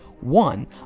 One